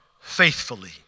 faithfully